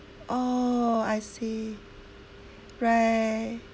orh I see right